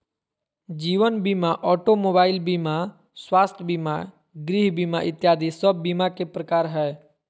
जीवन बीमा, automobile बीमा, स्वास्थ्य बीमा, गृह बीमा इत्यादि सब बीमा के प्रकार हय